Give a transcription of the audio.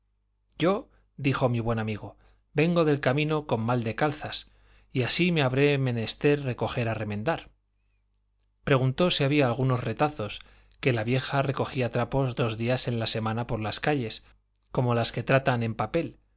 yo dijo mi buen amigo vengo del camino con mal de calzas y así me habré menester recoger a remendar preguntó si había algunos retazos que la vieja recogía trapos dos días en la semana por las calles como las que tratan en papel